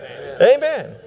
amen